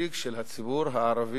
כנציג של הציבור הערבי,